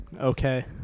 okay